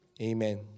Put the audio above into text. Amen